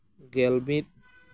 ᱜᱮᱞ ᱢᱤᱫ